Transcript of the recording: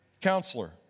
Counselor